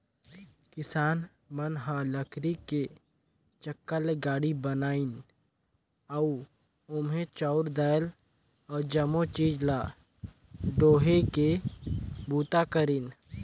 किसान मन ह लकरी के चक्का ले गाड़ी बनाइन अउ ओम्हे चाँउर दायल अउ जमो चीज ल डोहे के बूता करिन